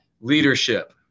Leadership